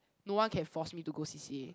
no one can force me to go C_C_A